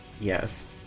Yes